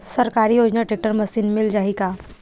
सरकारी योजना tractor machine मिल जाही का?